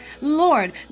Lord